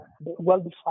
well-defined